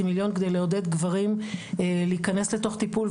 מיליון כדי לעודד גברים להיכנס לתוך טיפול,